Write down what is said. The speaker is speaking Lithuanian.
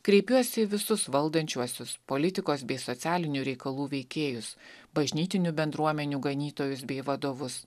kreipiuosi į visus valdančiuosius politikos bei socialinių reikalų veikėjus bažnytinių bendruomenių ganytojus bei vadovus